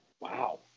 Wow